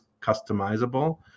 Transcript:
customizable